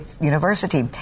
University